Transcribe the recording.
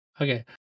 Okay